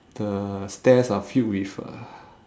the stairs are filled with uh